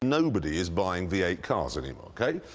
nobody is buying v eight cars anymore, okay?